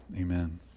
amen